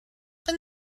been